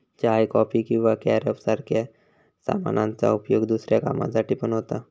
चाय, coffee किंवा carob सारख्या सामानांचा उपयोग दुसऱ्या कामांसाठी पण होता